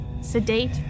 sedate